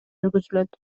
жүргүзүлөт